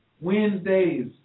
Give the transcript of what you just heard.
Wednesdays